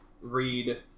read